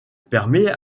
permet